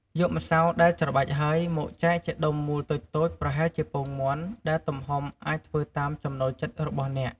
យកម្សៅដែលច្របាច់ហើយ មកចែកជាដុំមូលតូចៗប្រហែលជាពងមាន់ ដែលទំហំអាចធ្វើតាមចំណូលចិត្តរបស់អ្នក។